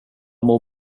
mår